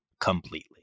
completely